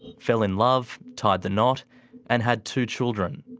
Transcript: fell in love, tied the knot and had two children.